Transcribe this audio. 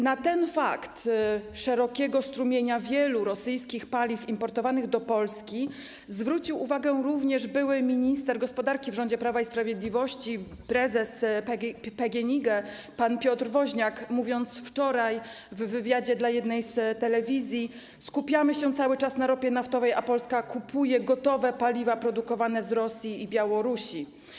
Na ten fakt szerokiego strumienia wielu rosyjskich paliw importowanych do Polski zwrócił uwagę również były minister gospodarki w rządzie Prawa i Sprawiedliwości, prezes PGNiG pan Piotr Woźniak, mówiąc wczoraj w wywiadzie dla jednej z telewizji o tym, że skupiamy się cały czas na ropie naftowej, a Polska kupuje gotowe paliwa produkowane w Rosji i na Białorusi.